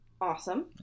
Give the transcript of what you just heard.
awesome